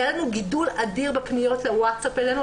היה לנו גידול אדיר בפניות וואטסאפ אלינו.